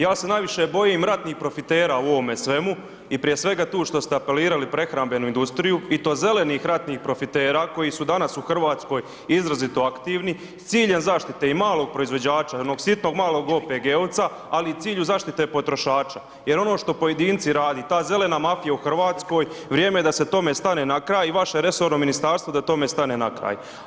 Ja se najviše bojim ratnih profitera u ovome svemu i prije svega tu što ste apelirali, prehrambenu industriju i to zelenih ratnih profitera koji su danas u Hrvatskoj izrazito aktivno s ciljem zaštite i malog proizvođača i onog malog sitnog OPG-ovca, ali i u cilju zaštite potrošača jer ono što pojedinci rade, ta zelena mafija u Hrvatskoj, vrijeme je da ste tome stane na kraj i vaše resorno ministarstvo da tome stane na kraj.